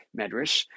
medrash